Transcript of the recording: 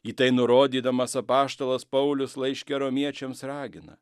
į tai nurodydamas apaštalas paulius laiške romiečiams ragina